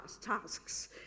tasks